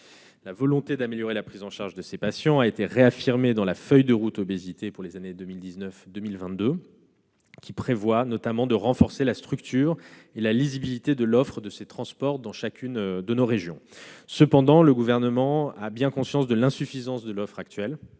La volonté d'améliorer la prise en charge de ces patients a été réaffirmée dans la feuille de route obésité pour les années 2019-2022, qui prévoit notamment de renforcer la structure et la lisibilité de cette offre de transport dans chaque région. Cependant, le Gouvernement a bien conscience de l'insuffisance de l'offre actuelle